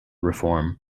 reform